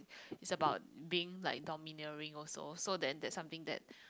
is about being like domineering also so then that's something that